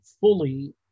fully